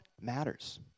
matters